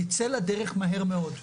ייצא לדרך מהר מאוד.